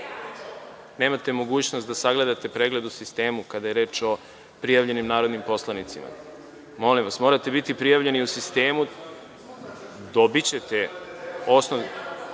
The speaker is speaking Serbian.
mogućnost da sagledate pregled u sistemu kada je reč o prijavljenim narodnim poslanicima. Molim vas, morate biti prijavljeni u sistemu.(Goran